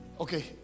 Okay